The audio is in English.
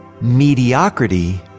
mediocrity